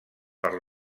per